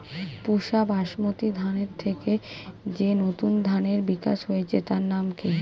পুসা বাসমতি ধানের থেকে যে নতুন ধানের বিকাশ হয়েছে তার নাম কি?